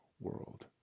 world